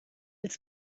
ils